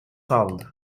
sound